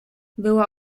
była